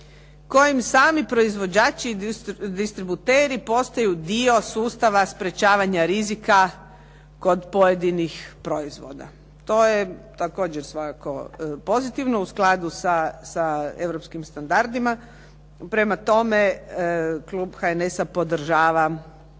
kojim sami proizvođači i distributeri postaju dio sustava sprečavanja rizika kod pojedinih proizvoda. To je također svakako pozitivno u skladu sa europskim standardima, prema tome klub HNS-a podržava